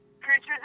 Creatures